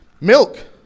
milk